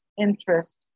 interest